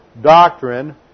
doctrine